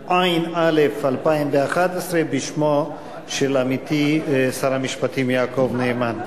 התשע"א 2011, בשמו של עמיתי שר המשפטים יעקב נאמן.